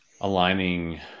aligning